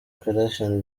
kardashian